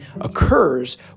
occurs